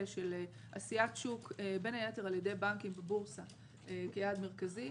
של עשיית שוק בין היתר על ידי בנקים בבורסה כיעד מרכזי.